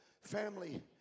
family